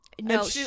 No